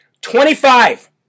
Twenty-five